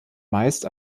meist